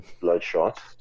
Bloodshot